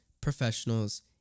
professionals